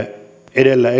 edellä